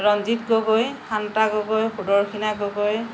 Ranjit Gogoi Shanta Gogoi Sudarshina Gogoi